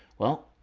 well,